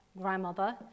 grandmother